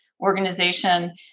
organization